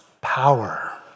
power